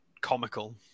comical